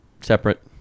separate